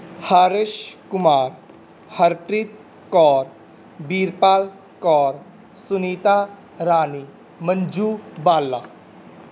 Harsh Kumar Harpreet Kaur Birpal Kaur Sunita Rani Manju Bala